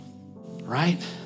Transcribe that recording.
right